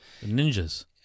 Ninjas